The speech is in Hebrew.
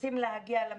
רוצים להגיע למטרופולין.